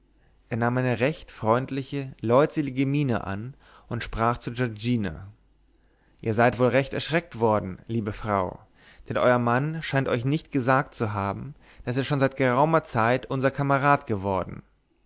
er nahm eine freundliche leutselige miene an und sprach zu giorgina ihr seid wohl recht erschreckt worden liebe frau denn euer mann scheint euch nicht gesagt zu haben daß er schon seit geraumer zeit unser kamerad geworden